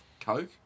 Coke